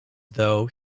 though